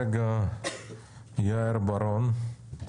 יאיר בר און,